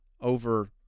over